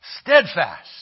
steadfast